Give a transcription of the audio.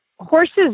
Horses